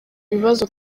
bibazo